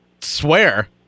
swear